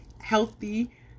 healthy